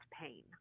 pain